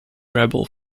rebel